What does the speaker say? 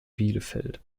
bielefeld